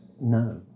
No